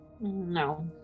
No